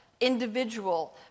individual